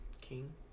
King